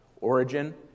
origin